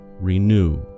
renew